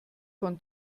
von